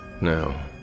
Now